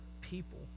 people